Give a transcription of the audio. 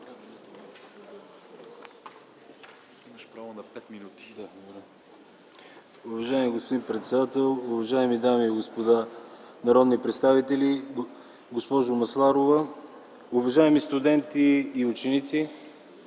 Уважаеми господин председател, уважаеми дами и господа народни представители, госпожо Масларова, уважаеми студенти и ученици!